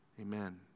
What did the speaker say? amen